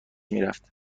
میرفت